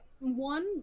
one